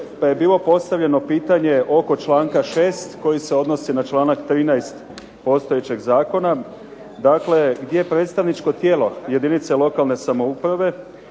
je bilo postavljeno pitanje oko članka 6. koji se odnosi na članak 13. postojećeg zakona, dakle gdje predstavničko tijelo jedinice lokalne samouprave